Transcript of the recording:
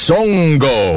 Songo